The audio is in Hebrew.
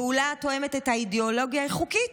פעולה התואמת את האידיאולוגיה היא חוקית,